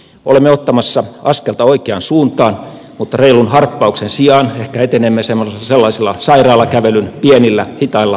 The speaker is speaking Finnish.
olemme ottamassa askelta oikeaan suuntaan mutta reilun harppauksen sijaan ehkä etenemme sellaisilla sairaalakävelyn pienillä hitailla askelilla